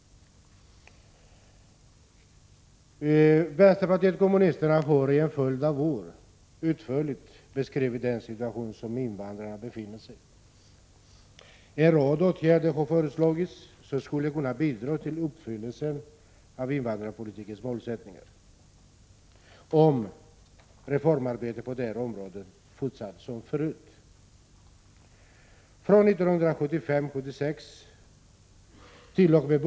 Vänsterpartiet kommunisterna har under en följd av år utförligt beskrivit den situation som invandrarna befinner sig i. En rad åtgärder har föreslagits som skulle kunna bidra till uppfyllelsen av invandrarpolitikens målsättningar om reformarbetet på detta område hade fortsatt som förut. Från 1975/761t.o.m.